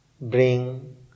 bring